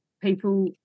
people